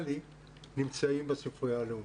נמצאים בספרייה הלאומית.